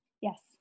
Yes